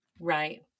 right